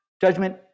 Judgment